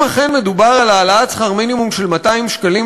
אם אכן מדובר על העלאת שכר מינימום של 200 שקלים,